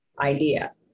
idea